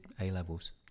A-levels